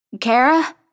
Kara